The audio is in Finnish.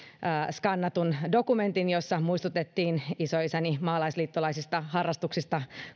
skannatun dokumentin jossa muistutettiin isoisäni maalaisliittolaisista harrastuksista